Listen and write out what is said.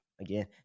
again